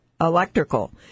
electrical